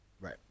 Right